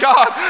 God